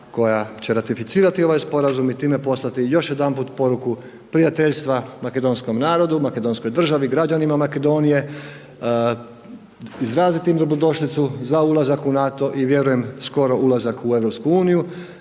koja će ratificirati ovaj sporazum i time poslati još jedanput poruku prijateljstva makedonskom narodu, makedonskoj državi, građanima Makedonije, izraziti im dobrodošlicu za ulazak u NATO i vjerujem skoro ulazak u EU